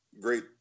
great